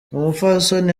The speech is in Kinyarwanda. umupfasoni